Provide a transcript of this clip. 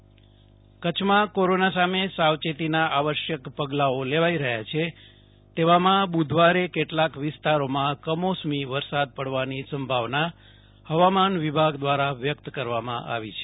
જયદિપ વૈષ્ણવ કચ્છમાં માવઠું કચ્છમાં કોરોના સામે સાવયેતીના આવશ્યક પગલાઓ લેવાઈ રહ્યા છે તેવામાં બુધવારે કેટલાક વિસ્તારોમાં કમોસમી વરસાદ પડવાની સંભાવના હવામાન વિભાગ દ્રારા વ્યક્ત કરવામાં આવી છે